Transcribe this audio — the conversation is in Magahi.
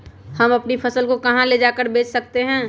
हम अपनी फसल को कहां ले जाकर बेच सकते हैं?